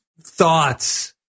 Thoughts